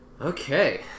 Okay